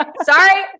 sorry